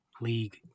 league